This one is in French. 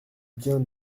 bien